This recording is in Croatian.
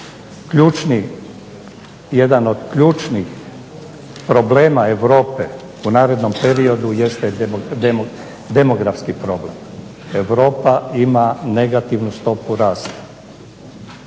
jedan od ključnih problema Europe u naredno periodu je demografski problem. Europa ima negativnu stopu rasta.